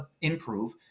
improve